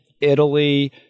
Italy